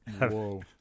Whoa